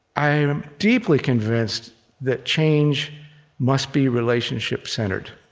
i am deeply convinced that change must be relationship-centered.